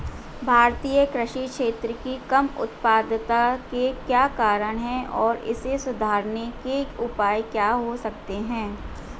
भारतीय कृषि क्षेत्र की कम उत्पादकता के क्या कारण हैं और इसे सुधारने के उपाय क्या हो सकते हैं?